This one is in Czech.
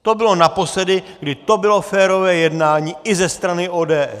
To bylo naposledy, kdy to bylo férové jednání i ze strany ODS.